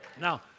Now